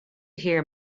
hear